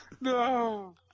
No